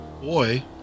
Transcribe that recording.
Boy